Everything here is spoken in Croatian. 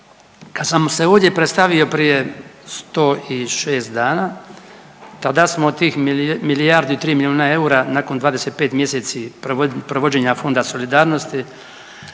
Kad sam se ovdje predstavio prije 100 i 6 dana tada smo od tih milijardu i 3 milijuna eura nakon 25 mjeseci provođenja Fonda solidarnosti